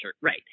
right